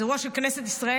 זה אירוע של כנסת ישראל,